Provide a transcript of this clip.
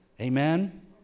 Amen